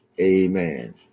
Amen